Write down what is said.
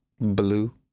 blue